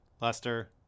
Lester